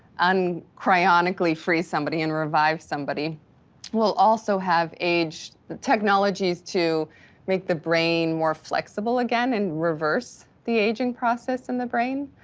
and cryonically free somebody and revive somebody we'll also have age technologies to make the brain more flexible again and reverse the aging process in the brain.